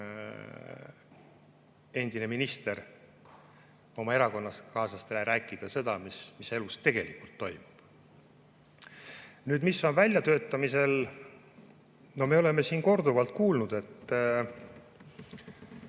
endine minister oma erakonnakaaslastele rääkida seda, mis elus tegelikult toimub. Nüüd, mis on väljatöötamisel? No me oleme siin korduvalt kuulnud, et